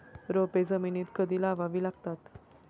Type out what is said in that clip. रोपे जमिनीत कधी लावावी लागतात?